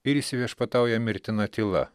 ir įsiviešpatauja mirtina tyla